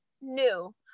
new